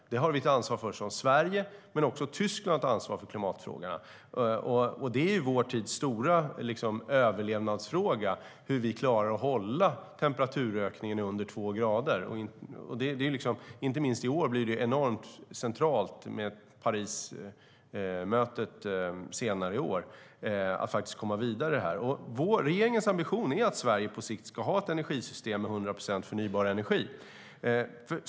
Sverige har ett ansvar, men också Tyskland har ett ansvar för klimatfrågorna. Vår tids stora överlevnadsförmåga är hur vi klarar att hålla temperaturökningen under två grader. Inte minst i år är det mycket centralt att faktiskt komma vidare med detta i och med Parismötet. Regeringens ambition är att Sverige på sikt ska ha ett energisystem med 100 procent förnybar energi.